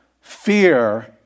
fear